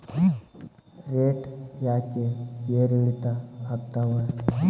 Rate ಯಾಕೆ ಏರಿಳಿತ ಆಗ್ತಾವ?